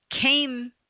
came